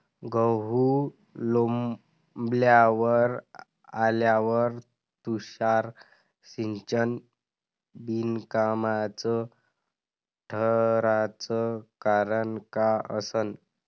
गहू लोम्बावर आल्यावर तुषार सिंचन बिनकामाचं ठराचं कारन का असन?